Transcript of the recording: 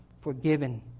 forgiven